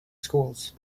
schools